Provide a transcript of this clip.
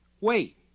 Wait